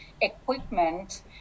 equipment